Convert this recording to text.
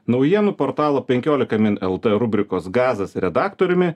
naujienų portalo penkiolika min lt rubrikos gazas redaktoriumi